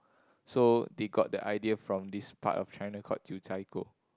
so they got the idea from this part of China called Jiu-Zhai-Gou